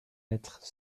être